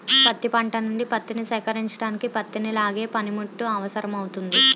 పత్తి పంట నుండి పత్తిని సేకరించడానికి పత్తిని లాగే పనిముట్టు అవసరమౌతుంది